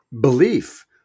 belief